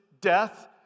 death